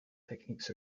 techniques